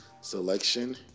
selection